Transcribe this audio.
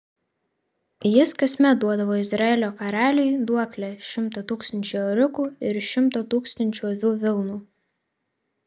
jis kasmet duodavo izraelio karaliui duoklę šimtą tūkstančių ėriukų ir šimto tūkstančių avių vilnų